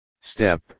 Step